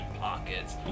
pockets